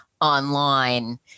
online